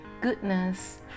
goodness